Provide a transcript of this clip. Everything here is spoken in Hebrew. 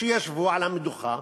שישבו על המדוכה,